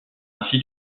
ainsi